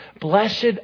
Blessed